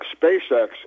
SpaceX